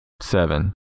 Seven